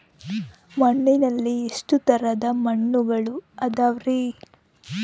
ಮಣ್ಣಿನಲ್ಲಿ ಎಷ್ಟು ತರದ ಮಣ್ಣುಗಳ ಅದವರಿ?